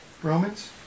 Romans